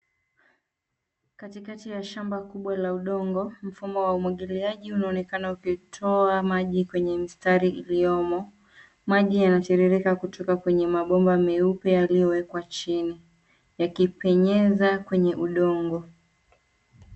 Katikati ya shamba kubwa la udongo mfumo wa umwagiliaji unaonekana ukitoa maji kwenye mistari iliyomo. Maji yanatiririka kutoka kwenye mabomba meupe yaliyowekwa chini yakipenyeza kwenye udongo.